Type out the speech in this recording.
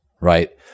right